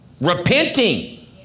Repenting